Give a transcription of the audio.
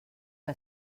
que